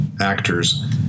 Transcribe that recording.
actors